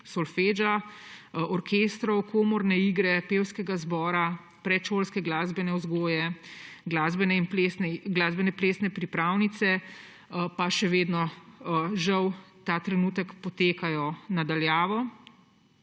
solfeggia, orkestrov, komorne igre, pevskega zbora, predšolske glasbene vzgoje, glasbene in plesne pripravnice, pa še vedno žal ta trenutek poteka na daljavo.